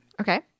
Okay